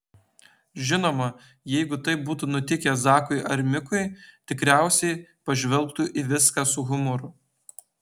žinoma jeigu taip būtų nutikę zakui ar mikui tikriausiai pažvelgtų į viską su humoru